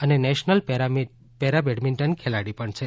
અને national para badminton ખેલાડી પણ છે